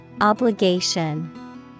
Obligation